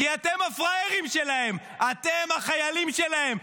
כי אתם הפראיירים שלהם, אתם החיילים שלהם.